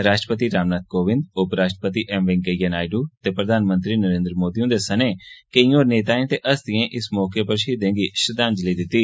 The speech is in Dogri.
राष्ट्रपति रामनाथ कोविंद उपराष्ट्रपति एम वैंकेइया नायडु ते प्रधानमंत्री नरेन्द्र मोदी हुंदे सने केई होर नेताएं ते हस्तिएं इस मौके उप्पर शहीदें गी श्रद्वांजलि दित्ती